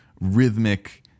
rhythmic